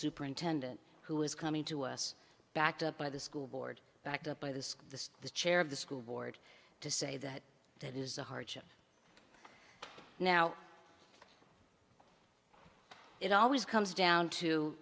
superintendent who is coming to us backed up by the school board backed up by this the the chair of the school board to say that that is a hardship now it always comes down to